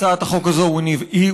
הצעת החוק הזאת היא אוניברסלית.